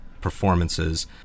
performances